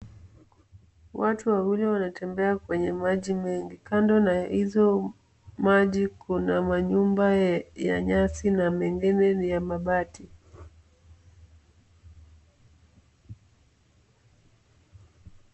Watu wawili wanatembea kwenye maji mengi. Kando na hizo maji kuna manyumba ya nyasi na mengine ni ya mabati.